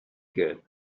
good